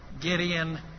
Gideon